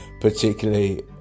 particularly